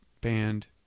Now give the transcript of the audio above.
band